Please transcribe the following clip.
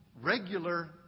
regular